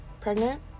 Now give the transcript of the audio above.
pregnant